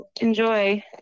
enjoy